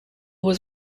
was